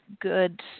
good